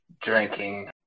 drinking